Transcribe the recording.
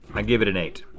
i give it an eight.